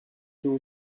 two